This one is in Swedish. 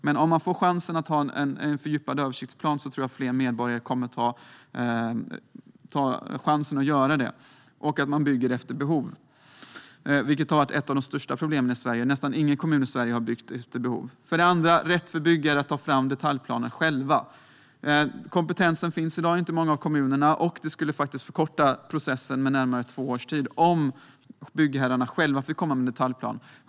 Men om det finns möjlighet till en fördjupad översiktsplan tror jag att fler medborgare kommer att ta chansen att påverka. Man måste också bygga efter behov. Ett av de största problemen i Sverige har varit att nästan ingen kommun har byggt efter behov. För det andra: Byggare ska ha rätt att själva ta fram detaljplaner. Kompetensen finns inte i dag i många av kommunerna. Detta skulle faktiskt förkorta processen med närmare två års tid om byggherrarna själva fick komma med detaljplaner.